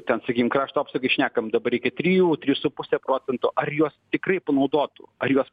ten sakykim krašto apsaugai šnekam dabar reikia trijų trijų su puse procentų ar juos tikrai panaudotų ar juos